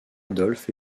adolphe